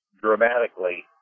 dramatically